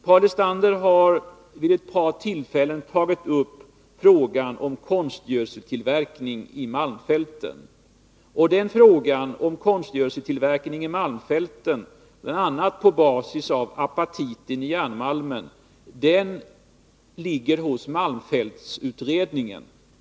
Paul Lestander har vid ett par tillfällen tagit upp frågan om konstgödseltillverkning i malmfälten, bl.a. på basis av apatiten i järnmalmen, och den frågan ligger hos malmfältsutredningen.